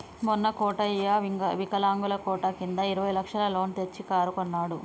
మొన్న కోటయ్య వికలాంగుల కోట కింద ఇరవై లక్షల లోన్ తెచ్చి కారు కొన్నడు